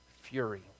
fury